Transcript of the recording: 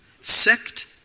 sect